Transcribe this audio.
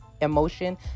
emotion